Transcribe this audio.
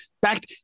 back